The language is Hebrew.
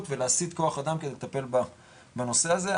ולהסיט כוח אדם כדי לטפל בנושא הזה,